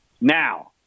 now